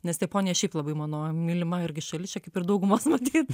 nes japonija šiaip labai mano mylima irgi šalis čia kaip ir daugumos matyt